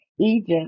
Egypt